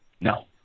No